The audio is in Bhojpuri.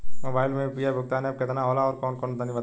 मोबाइल म यू.पी.आई भुगतान एप केतना होला आउरकौन कौन तनि बतावा?